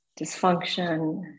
dysfunction